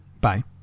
Bye